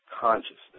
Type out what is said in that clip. consciousness